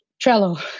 Trello